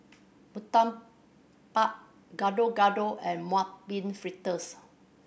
murtabak Gado Gado and Mung Bean Fritters